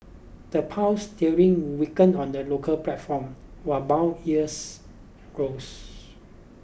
the Pound sterling weakened on the local platform while bond yields rose